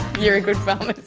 you're a good pharmacist!